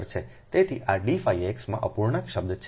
તેથી આ d x માં અપૂર્ણાંક શબ્દ છે